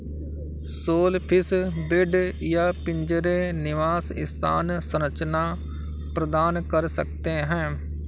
shellfish bed या पिंजरे निवास स्थान संरचना प्रदान कर सकते हैं